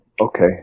Okay